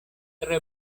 tre